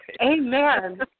Amen